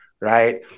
Right